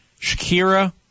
Shakira